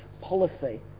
policy